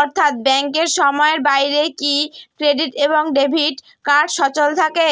অর্থ্যাত ব্যাংকের সময়ের বাইরে কি ক্রেডিট এবং ডেবিট কার্ড সচল থাকে?